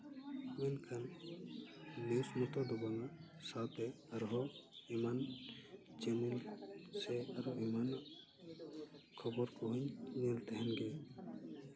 ᱢᱮᱱᱠᱷᱟᱱ ᱱᱤᱭᱩᱥ ᱢᱚᱛᱚ ᱫᱚ ᱵᱟᱝᱼᱟ ᱥᱟᱶᱛᱮ ᱟᱨ ᱦᱚᱸ ᱮᱢᱟᱱ ᱪᱮᱱᱮᱞ ᱥᱮ ᱨᱚᱵᱤᱢᱟᱱ ᱠᱷᱚᱵᱚᱨ ᱠᱚᱦᱚᱸᱧ ᱧᱮᱞ ᱛᱟᱦᱮᱸ ᱜᱮᱭᱟ